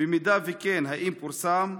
אם כן, האם פורסם?